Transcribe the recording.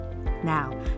Now